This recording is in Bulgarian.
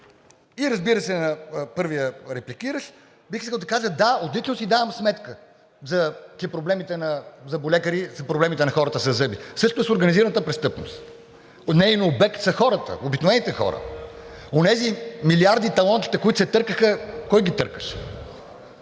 И разбира се, на първия репликиращ – бих искал да кажа: да, отлично си давам сметка, че проблемите на зъболекарите са проблемите на хората със зъби. Същото е и с организираната престъпност – неин обект са хората, обикновените хора, онези милиарди талончета, които се търкаха, кой ги търкаше?